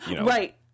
Right